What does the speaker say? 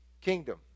kingdom